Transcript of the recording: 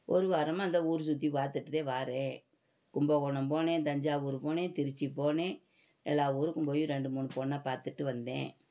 ஒரு வாரமாக இந்த ஊர் சுற்றி பார்த்துட்டு தான் வாரேன் கும்பகோணம் போனேன் தஞ்சாவூர் போனேன் திருச்சி போனேன் எல்லா ஊருக்கும் போய் ரெண்டு மூணு பொண்ணை பார்த்துட்டு வந்தேன்